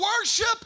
worship